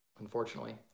unfortunately